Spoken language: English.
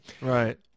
Right